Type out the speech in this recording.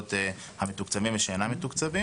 המוסדות המתוקצבים וגם למוסדות שאינם מתוקצבים,